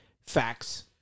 facts